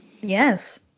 Yes